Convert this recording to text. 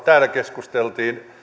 täällä keskusteltiin